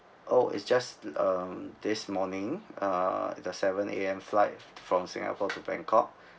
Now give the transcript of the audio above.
oh it's just um this morning uh the seven A_M flight from singapore to bangkok